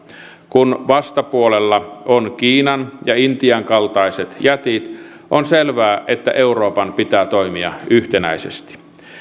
kun vastapuolella ovat kiinan ja intian kaltaiset jätit on selvää että euroopan pitää toimia yhtenäisesti